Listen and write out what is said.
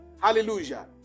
Hallelujah